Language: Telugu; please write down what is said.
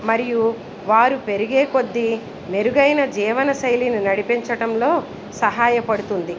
మరియు వారు పెరిగే కొద్దీ మెరుగైన జీవనశైలిని నడిపించడంలో సహాయపడుతుంది